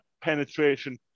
penetration